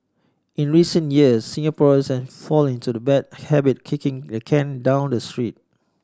in recent years Singaporean fallen into the bad habit kicking the can down the street